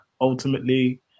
Ultimately